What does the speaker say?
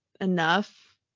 enough